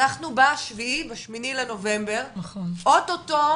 אנחנו ב-8.11 אוטוטו